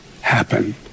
happen